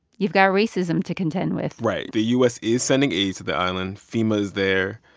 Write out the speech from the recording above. you've got racism to contend with right. the u s. is sending aid to the island. fema is there.